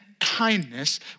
kindness